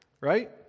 Right